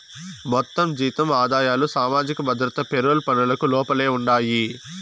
మొత్తం జీతం ఆదాయాలు సామాజిక భద్రత పెరోల్ పనులకు లోపలే ఉండాయి